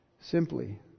simply